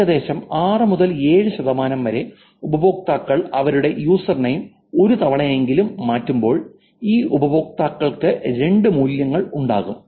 ഏകദേശം 6 മുതൽ 7 ശതമാനം വരെ ഉപയോക്താക്കൾ അവരുടെ യൂസർനെയിം ഒരു തവണയെങ്കിലും മാറ്റുമ്പോൾ ഈ ഉപയോക്താക്കൾക്ക് രണ്ട് മൂല്യങ്ങൾ ഉണ്ടാകും